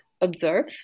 observe